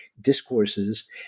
discourses